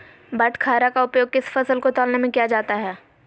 बाटखरा का उपयोग किस फसल को तौलने में किया जाता है?